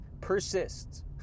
persists